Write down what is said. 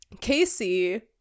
Casey